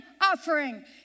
offering